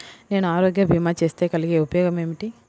నేను ఆరోగ్య భీమా చేస్తే కలిగే ఉపయోగమేమిటీ?